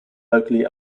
locally